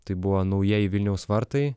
tai buvo naujieji vilniaus vartai